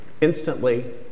Instantly